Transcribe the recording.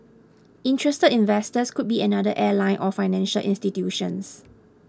interested investors could be another airline or financial institutions